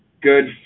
good